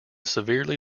severely